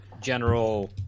general